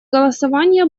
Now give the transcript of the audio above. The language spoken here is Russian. голосования